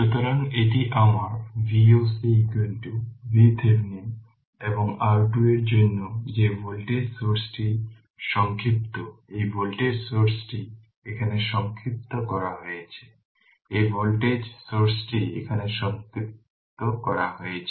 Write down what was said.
সুতরাং এটি আমার Voc VThevenin এবং R2 এর জন্য যে ভোল্টেজ সোর্সটি সংক্ষিপ্ত এই ভোল্টেজ সোর্সটি এখানে সংক্ষিপ্ত করা হয়েছে এই ভোল্টেজ সোর্সটি এখানে সংক্ষিপ্ত করা হয়েছে